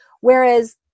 Whereas